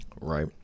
Right